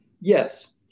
yes